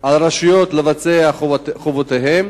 על הרשויות לבצע את חובותיהן?